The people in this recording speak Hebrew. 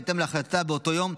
בהתאם להחלטה באותו יום,